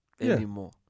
anymore